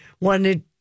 wanted